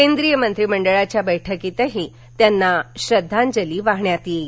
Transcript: केंद्रीय मंत्री मंडळाच्या बैठकीत ही त्यांना श्रद्वांजली वाहण्यात येईल